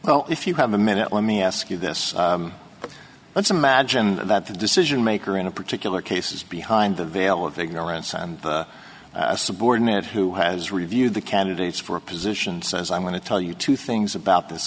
well if you have a minute let me ask you this let's imagine that the decision maker in a particular case is behind the veil of ignorance and a subordinate who has reviewed the candidates for positions says i'm going to tell you two things about this